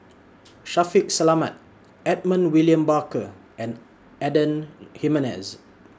Shaffiq Selamat Edmund William Barker and Adan human as